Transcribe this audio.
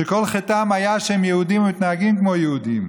שכל חטאם היה שהם יהודים והם מתנהגים כמו יהודים?